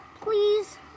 please